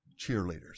cheerleaders